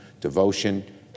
devotion